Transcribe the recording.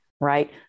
right